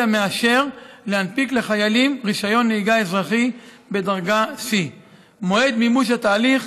המאשר להנפיק לחיילים רישיון נהיגה אזרחי בדרגה C. מועד מימוש התהליך,